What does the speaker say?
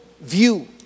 view